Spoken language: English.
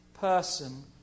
person